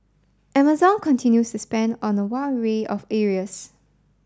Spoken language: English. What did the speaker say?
Amazon continues to spend on a wide array of areas